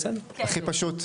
הכי פשוט.